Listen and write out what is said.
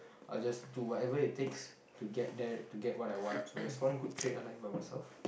I just do whatever it takes to get there to get what I want so that's one good trait I like about myself